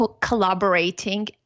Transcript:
collaborating